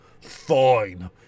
fine